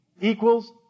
equals